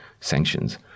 sanctions